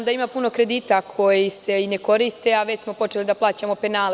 Znam da ima puno kredita koji se ne koriste, a već smo počeli da plaćamo penale.